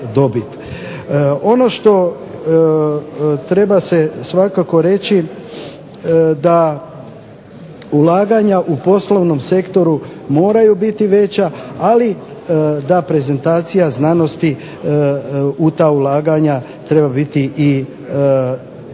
Ono što treba se svakako reći da ulaganja u poslovnom sektoru moraju biti veća, ali da prezentacija znanosti u ta ulaganja treba biti i bolja.